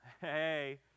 Hey